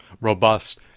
robust